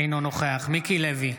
אינו נוכח מיקי לוי,